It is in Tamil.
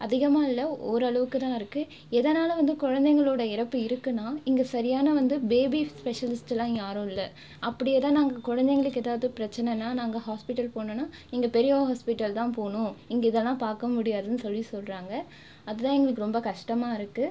அதிகமாக இல்லை ஒரளவுக்கு தான் இருக்குது எதனால் வந்து குழந்தைகளோட இறப்பு இருக்குனா இங்கே சரியான வந்து பேபி ஸ்பெஷலிஸ்ட்லாம் இங்கே யாரும் இல்லை அப்படி எதனால் குழந்தைங்களுக்கு ஏதாவது பிரச்சினனா நாங்கள் ஹாஸ்ப்பிட்டல் போனோனா நீங்கள் பெரிய ஹாஸ்ப்பிட்டல் தான் போகணும் இங்கே இதெலாம் பார்க்க முடியாதுனு சொல்லி சொல்கிறாங்க அதுதான் எங்களுக்கு ரொம்ப கஷ்டமாக இருக்குது